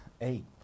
Eight